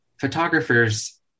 photographers